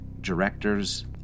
directors